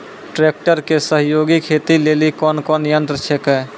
Tractor के सहयोगी खेती लेली कोन कोन यंत्र छेकै?